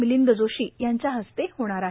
मिलिंद जोशी यांच्या हस्ते होणार आहेत